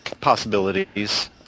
possibilities